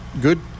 good